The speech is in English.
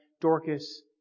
Dorcas